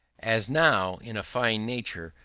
as now, in a fine nature,